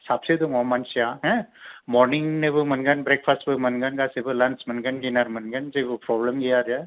साबसे दङ मानसिया हो मरनिंनिबो मोनगोन ब्रेकफास्ट बो मोनगोन गासिबो लान्स मोनगोन दिनार मोनगोन जेबो फ्रब्लेम गैया आरो